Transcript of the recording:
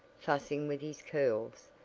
fussing with his curls,